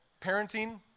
parenting